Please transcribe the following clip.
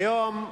כיום,